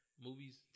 Movies